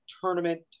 tournament